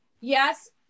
yes